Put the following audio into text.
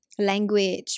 language